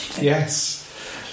yes